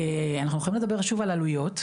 אנחנו יכולים לדבר שוב על עלויות.